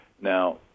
Now